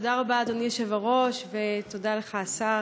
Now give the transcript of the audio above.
תודה רבה, אדוני היושב-ראש, ותודה לך, השר.